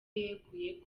yeguye